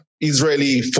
Israeli